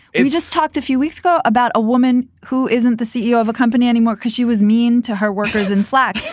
and we just talked a few weeks ago about a woman who isn't the ceo of a company anymore because she was mean to her workers. and flack,